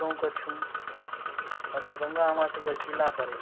तऽ ओ हमरा कहलक ईमेल पर जाय कऽ अना अना करिऔ